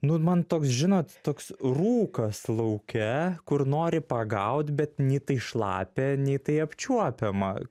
nu man toks žinot toks rūkas lauke kur nori pagaut bet nei tai šlapia nei tai apčiuopiama